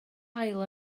haul